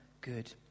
good